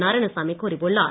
நாராயணசாமி கூறியுள்ளார்